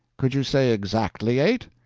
could you say exactly eight?